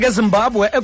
zimbabwe